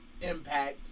impact